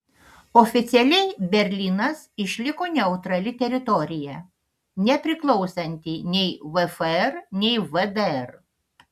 oficialiai berlynas išliko neutrali teritorija nepriklausanti nei vfr nei vdr